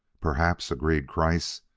perhaps, agreed kreiss,